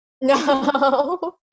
No